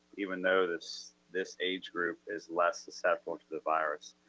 even though this this age group is less susceptible to the virus,